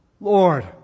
Lord